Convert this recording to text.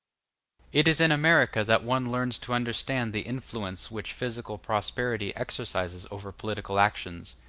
it is in america that one learns to understand the influence which physical prosperity exercises over political actions,